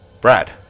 Brad